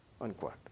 Unquote